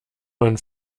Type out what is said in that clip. man